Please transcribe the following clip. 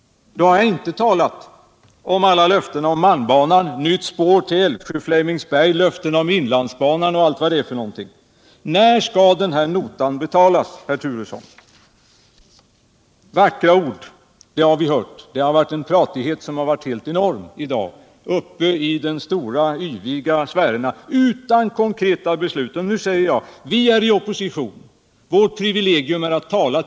Då har jag ändå inte talat om alla löften om malmbanan, nytt spår till Älvsjö och Flemingsberg, löften om inlandsbanan och allt vad det är för någonting. När skall den här notan betalas, herr Turesson? Vackra ord har vi hört. Det har i dag varit en pratighet uppe i de stora yviga sfärerna som varit helt enorm, men det blir inga konkreta beslut. Vi är i opposition. Vårt privilegium är att tala.